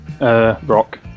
Rock